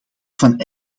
van